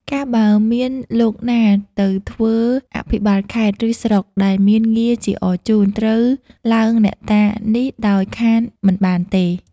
កាលបើមានលោកណាទៅធ្វើអភិបាលខេត្ត ឬ ស្រុក ដែលមានងារជាអរជូន ត្រូវឡើងអ្នកតានេះដោយខានមិនបានទេ ៕